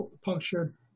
punctured